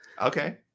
Okay